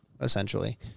essentially